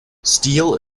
steel